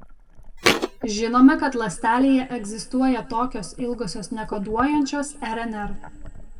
žinome kad ląstelėje egzistuoja tokios ilgosios nekoduojančios rnr